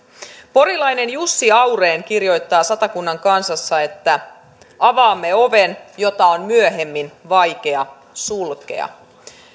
porilainen jussi auren kirjoittaa satakunnan kansassa että avaamme oven jota on myöhemmin vaikea sulkea